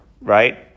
Right